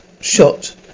shot